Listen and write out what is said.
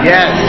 Yes